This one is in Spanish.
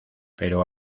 pero